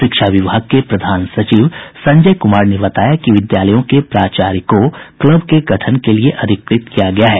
शिक्षा विभाग के प्रधान सचिव संजय कुमार ने बताया कि विद्यालयों के प्रचार्य को क्लब के गठन के लिये अधिकृत किया गया है